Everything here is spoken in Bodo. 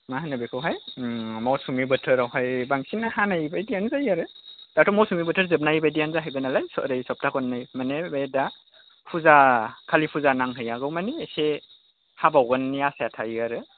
मा होनो बेखौहाय मौसुमि बोथोरावहाय बांसिन हानाय बायदियानो जायो आरो दाथ' मौसुमि बोथोर जोबनाय बायदियानो जाहैबाय नालाय ओरै सप्ताखुननै माने बे दा फुजा खालि फुजा नांहैयागौमानि एसे हाबावगोननि आसाया थायो आरो